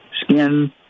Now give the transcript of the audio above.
Skin